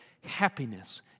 happiness